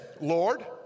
Lord